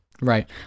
Right